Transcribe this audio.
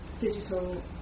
digital